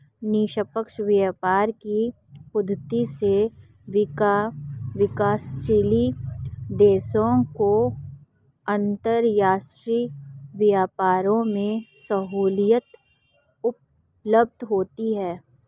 निष्पक्ष व्यापार की पद्धति से विकासशील देशों को अंतरराष्ट्रीय व्यापार में सहूलियत उपलब्ध होती है